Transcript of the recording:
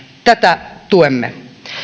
tätä tuemme